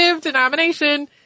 denomination